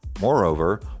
Moreover